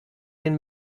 den